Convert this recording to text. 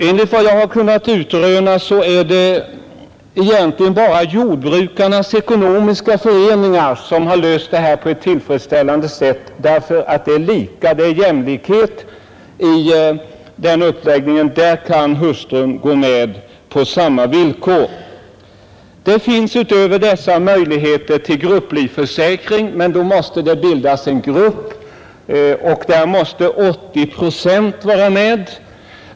Enligt vad jag har kunnat utröna är det egentligen bara jordbrukarnas ekonomiska föreningar som har löst det här på ett tillfredsställande sätt och åstadkommit jämlikhet i uppläggningen. Där kan hustrun gå med på samma villkor. Det finns härutöver möjligheter till grupplivförsäkring, men då måste det bildas en grupp och där måste 80 procent vara med.